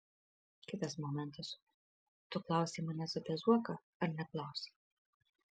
kitas momentas tu klausei manęs apie zuoką ar neklausei